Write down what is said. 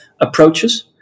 approaches